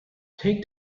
take